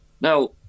now